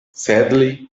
sadly